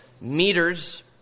meters